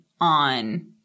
on